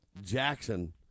Jackson